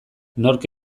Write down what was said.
nork